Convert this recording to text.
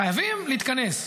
חייבים להתכנס,